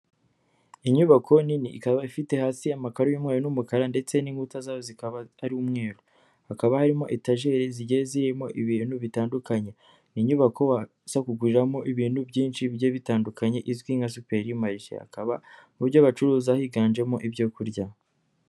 Inyubako nini ikaba ifite hasi amakaro y'umweru n'umukara ndetse n'inkuta zayo zikaba ari umweru, hakaba harimo etajeri zigiye zirimo ibintu bitandukanye, ni inyubako waza kuguriramo ibintu byinshi bigiye bitandukanye, izwi nka superi marishe hkaba mu buryo abacuruza higanjemo ibyo kurya.